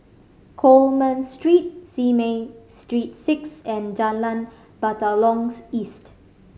Coleman Street Simei Street Six and Jalan Batalong's East